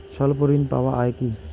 স্বল্প ঋণ পাওয়া য়ায় কি?